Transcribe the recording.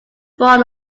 born